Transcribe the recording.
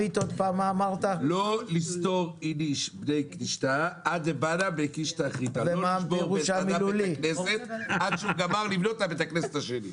-- לא לשבור את בית הכנסת עד שהוא גמר לבנות את בית הכנסת השני.